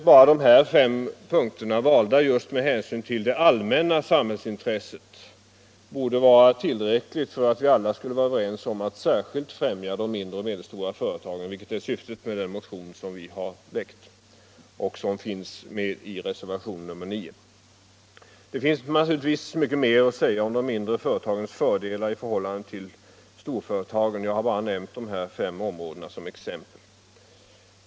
Bara dessa fem punkter, valda just med hänsyn till det allmänna samhällsintresset, borde vara tillräckliga för att vi alla skulle vara överens om att särskilt främja de mindre och medelstora företagen, vilket är syftet med den motion som vi har väckt och som följs upp i reservationen 9. Det finns naturligtvis mycket mer att säga om de mindre företagens fördelar i förhållande till storföretagen. Jag har bara nämnt dessa fem skäl som exempel.